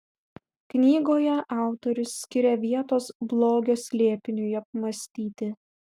knygoje autorius skiria vietos blogio slėpiniui apmąstyti